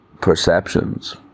perceptions